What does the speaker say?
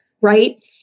right